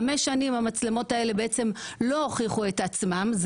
חמש שנים המצלמות האלו לא הוכיחו את עצמן.